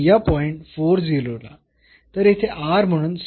आणि या पॉईंट ला तर येथे r म्हणून म्हणून